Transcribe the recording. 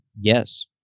Yes